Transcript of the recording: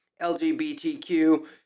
LGBTQ